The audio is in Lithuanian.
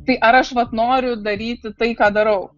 tai ar aš vat noriu daryti tai ką darau